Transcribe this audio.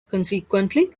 consequently